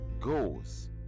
goes